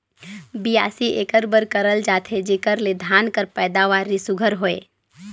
बियासी एकर बर करल जाथे जेकर ले धान कर पएदावारी सुग्घर होए